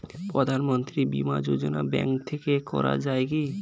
প্রধানমন্ত্রী বিমা যোজনা ব্যাংক থেকে করা যায় কি?